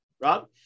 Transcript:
Rob